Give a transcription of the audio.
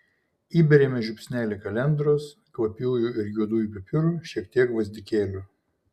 įberiame žiupsnelį kalendros kvapiųjų ir juodųjų pipirų šiek tiek gvazdikėlių